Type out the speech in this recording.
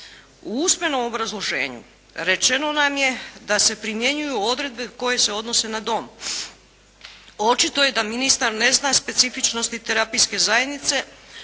U usmenom obrazloženju rečeno nam je da se primjenjuju odredbe koje se odnose na dom. Očito je da ministar ne zna specifičnosti terapijske zajednice,